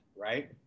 right